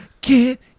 Get